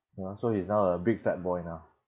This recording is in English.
ya so he's now a big fat boy now